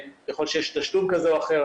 יכול להיות שיש תשלום כזה או אחר,